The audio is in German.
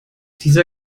dieser